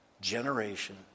generation